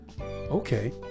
Okay